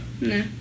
No